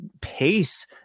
pace